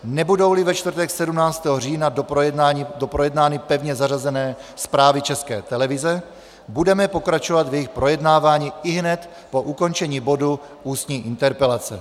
Nebudouli ve čtvrtek 17. října doprojednány pevně zařazené zprávy České televize, budeme pokračovat v jejich projednávání ihned po ukončení bodu Ústní interpelace.